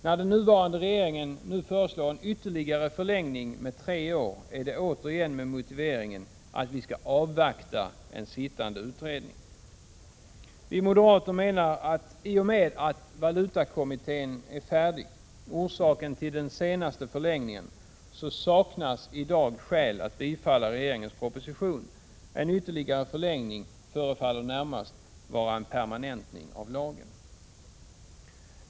När den nuvarande regeringen föreslår en ytterligare förlängning med tre år, är det återigen med motiveringen att vi skall avvakta en sittande utredning. Vi moderater menar att i och med att valutakommittén är färdig — väntan på det var orsaken till den senaste förlängningen — saknas i dag skäl att bifalla regeringens proposition. En ytterligare förlängning förefaller närmast vara en permanentning av lagen.